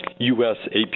USAP